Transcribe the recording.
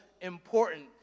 important